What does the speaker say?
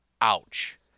ouch